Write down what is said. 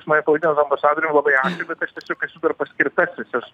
jūs mane pavadite ambasadorium labai ačiū bet aš tiesiog esu dar paskirtasis esu